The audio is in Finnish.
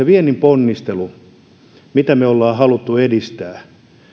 viennin ponnisteluun mitä me olemme vasemmistoliitossakin halunneet edistää